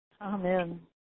Amen